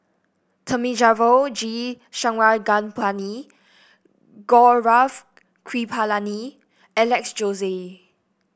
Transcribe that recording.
Thamizhavel G Sarangapani Gaurav Kripalani Alex Josey